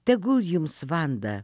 tegul jums vanda